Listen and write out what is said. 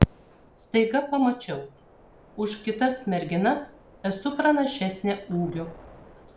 staiga pamačiau už kitas merginas esu pranašesnė ūgiu